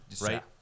Right